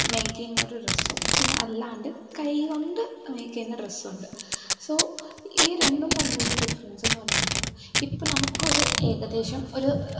make ചെയ്യുന്നൊരു ഡ്രസ്സും പിന്നെ അല്ലാണ്ട് കൈ കൊണ്ട് മേക്ക് ചെയ്യുന്ന ഡ്രസ്സുണ്ട് സോ ഈ രണ്ടും തമ്മിലുള്ള ഡിഫ്റൻസെന്നു പറയുമ്പോൾ ഇപ്പം നമുക്കൊരു ഏകദേശം ഒരു